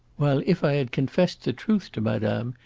while if i had confessed the truth to madame,